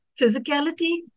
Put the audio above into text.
physicality